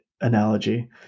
analogy